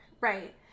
Right